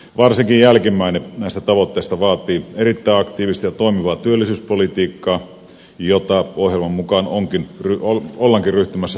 varsinkin jälkimmäinen näistä tavoitteista vaatii erittäin aktiivista ja toimivaa työllisyyspolitiikkaa jota ohjelman mukaan ollaankin ryhtymässä toteuttamaan